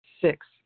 six